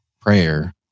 prayer